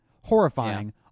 horrifying